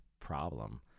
problem